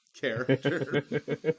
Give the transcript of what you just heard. character